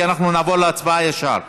כי אנחנו נעבור ישר להצבעה.